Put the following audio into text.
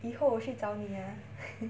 以后我去找你 ah